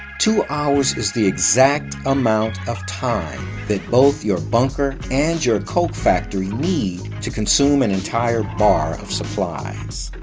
two hours is the exact amount of time that both your bunker and your coke factory need to consume an entire bar of supplies.